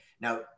now